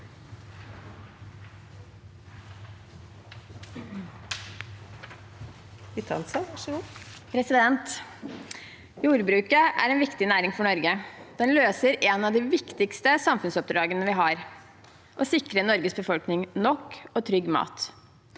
Jordbruket er en viktig næring for Norge. Det løser et av de viktigste sam funnsoppdragene vi har: å sikre Norges befolkning nok og trygg mat.